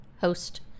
host